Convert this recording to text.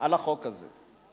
את החוק הזה.